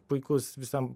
puikus visam